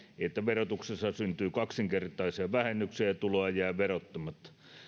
että verotuksessa syntyy kaksinkertaisia vähennyksiä ja tuloja jää verottamatta